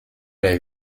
les